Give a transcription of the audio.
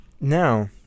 Now